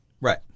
Right